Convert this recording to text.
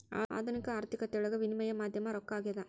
ಆಧುನಿಕ ಆರ್ಥಿಕತೆಯೊಳಗ ವಿನಿಮಯ ಮಾಧ್ಯಮ ರೊಕ್ಕ ಆಗ್ಯಾದ